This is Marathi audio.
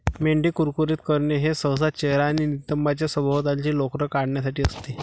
मेंढी कुरकुरीत करणे हे सहसा चेहरा आणि नितंबांच्या सभोवतालची लोकर काढण्यासाठी असते